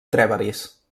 trèveris